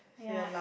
ya